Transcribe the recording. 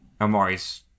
Amari's